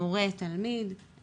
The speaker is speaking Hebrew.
מורה-תלמיד,